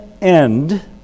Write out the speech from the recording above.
end